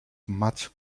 much